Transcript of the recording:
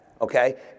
Okay